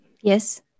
Yes